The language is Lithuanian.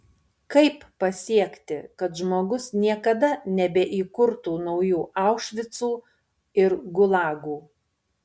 kaip pasiekti kad žmogus niekada nebeįkurtų naujų aušvicų ir gulagų